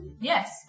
Yes